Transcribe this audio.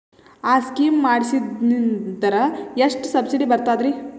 ಆ ಸ್ಕೀಮ ಮಾಡ್ಸೀದ್ನಂದರ ಎಷ್ಟ ಸಬ್ಸಿಡಿ ಬರ್ತಾದ್ರೀ?